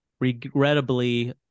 regrettably